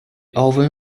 often